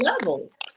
levels